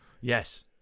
Yes